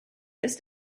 ist